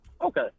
Okay